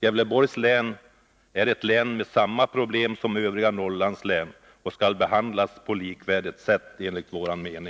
Gävleborgs län är ett län med samma problem som övriga Norrlandslän och bör därför, enligt vår mening, behandlas på ett likvärdigt sätt.